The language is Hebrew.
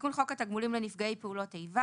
תיקון חוק התגמולים לנפגעי פעולות איבה